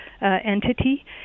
entity